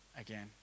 again